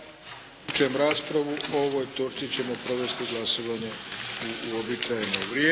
Zaključujem raspravu. O ovoj točci ćemo provesti glasovanje u uobičajeno vrijeme.